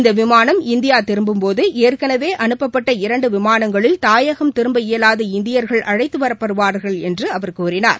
இந்த விமானம் இந்தியா திரும்பும்போது ஏற்களவே அனுப்பப்பட்ட இரண்டு விமானங்களில் தாயகம் திரும்ப இயவாத இந்தியர்கள் அழைத்து வரப்படுவார்கள் என்று அவர் கூறினார்